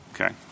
Okay